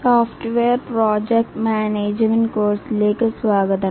software project മാനേജ്മെന്റ്കോഴ്സിലേക്ക് സ്വാഗതം